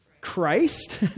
Christ